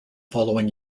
following